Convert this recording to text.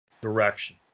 direction